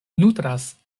nutras